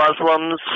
Muslims